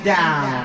down